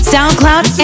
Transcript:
SoundCloud